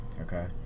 Okay